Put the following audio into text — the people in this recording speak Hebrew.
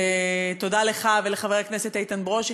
ותודה לך ולחבר הכנסת איתן ברושי,